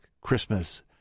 Christmas